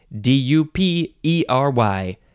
D-U-P-E-R-Y